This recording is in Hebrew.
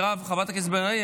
חברת הכנסת בן ארי,